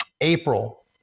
April